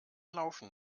laufen